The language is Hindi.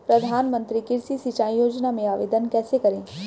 प्रधानमंत्री कृषि सिंचाई योजना में आवेदन कैसे करें?